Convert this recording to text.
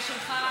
שלך,